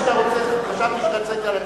חשבתי שרצית לצאת.